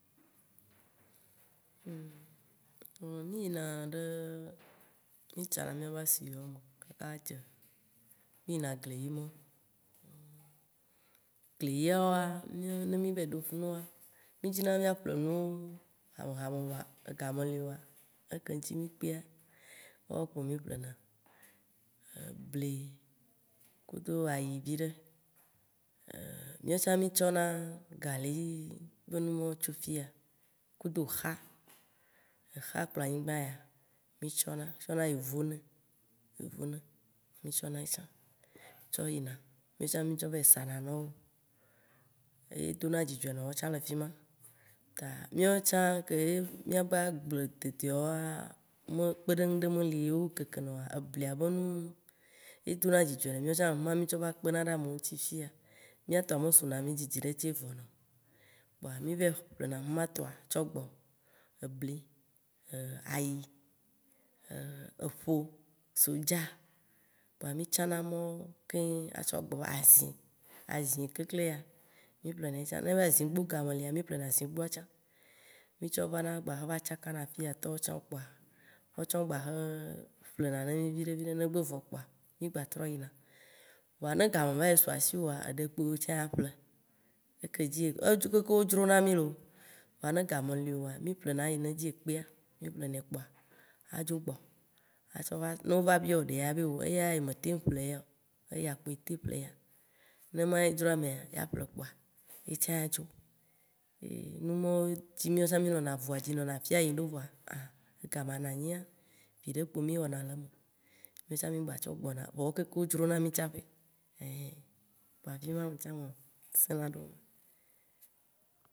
Mì yina ɖe, mì tsana mìaba asi yawo me, kaka dze, mì yina ɖe gleyi me uumm. Gleyiawoa, ne mì va yi ɖo fima, mí dzina be mìa ƒle nu hame hame vɔa, ega meli oa, eke dji mì kpea, woawo kpo mì ƒlena. Ebli, kudo ayi viɖe. Mìawo tsã mì tsɔna gali be numɔwo tso fiya kudo xa, exa kpɔ anyigbã ya mì tsɔna, tsɔna yovo ne, hovo ne, mì tsɔna ye tsã tsɔ yina. Mìɔtsã mìtsɔ va yi sana nɔwo. Eye dona dzidzɔe nɔwo tsã le fima, ta mìɔtsã ke ye mìabe agble dedeawoa, kpeɖeŋu ɖe me li ye wo kekena oa, eblia be nu ye dona dzidzɔe ne mìɔ tsã huma, mì tsɔ va kpena ɖe amewo ŋti fiya. Mìa tɔa me suna mi dzidzi ɖe ce vɔ na o, kpɔa mì va yi ƒlena huma tɔa tsɔ gbɔ, ebli, ayi, eƒo, sodza kpoa mì tsana emɔwo keŋ atsɔ gbɔ. Azin, azin kekle ya mì ƒlena ye tsã, ne nyi be azingbo be game lea, mì ƒlena azingboa tsã, mì tsɔ vana gba xe va tsakana fiya tɔwo kpoa, woawo tsã wogba xe ƒlenɛ na mì viɖe viɖe, ne gbe vɔ kpoa mì gbatrɔ yina. Vɔa ne ga me va va yi su asiwo oa, eɖe kpo wotsã ya ƒle, dzi wo keŋkeŋ wodzrona mì loooo, vɔa ne ga me li oa, mì ƒlena eyi, ne dzi ekpea, mì ƒlenɛ kpoa adzo gbɔ. Ne wo va biɔ ɖea, ya be o eya ya, yi me teŋ ƒle eya o, eya kpoe yi teŋ ƒle ya. Ne ma ye dzroa amea la ƒle kpoa, ye tsã ya dzo. Numɔwo, ŋti mìɔ tsã minɔna avua dzi nɔnɔ afia yim ɖo vɔa vi kpo mí wɔna le eme, mìawo tsã mì gba tsɔ gbɔna voa wo keŋkeŋ dzro na mì tsaƒe. Ein kpoa fima ŋtsã me sẽ wâ ɖo